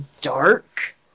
dark